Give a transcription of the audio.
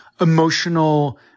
emotional